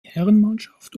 herrenmannschaft